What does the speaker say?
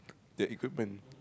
the equipment